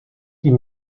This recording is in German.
die